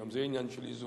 גם זה עניין של איזון,